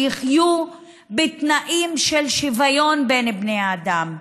שיחיו בתנאים של שוויון בין בני האדם,